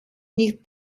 nicht